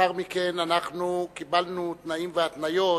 לאחר מכן אנחנו קיבלנו תנאים והתניות,